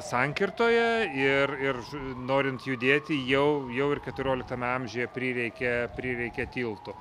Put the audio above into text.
sankirtoje ir ir norint judėti jau jau ir keturioliktame amžiuje prireikia prireikia tilto